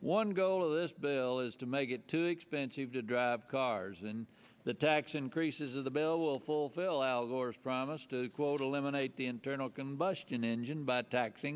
one goal of this bill is to make it too expensive to drive cars and the tax increases of the bill will fulfill al gore's promise to quote eliminate the internal combustion engine by taxing